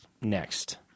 next